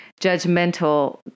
judgmental